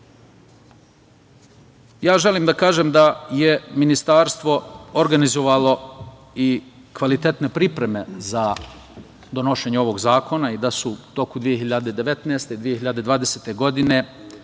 da kažem da je ministarstvo organizovalo i kvalitetne pripreme za donošenje ovog zakona i da su u toku 2019. i 2020. godine